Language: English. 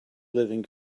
living